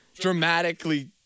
dramatically